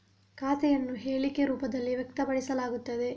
ಖಾತೆಯನ್ನು ಹೇಳಿಕೆ ರೂಪದಲ್ಲಿ ವ್ಯಕ್ತಪಡಿಸಲಾಗುತ್ತದೆ